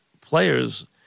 players